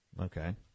Okay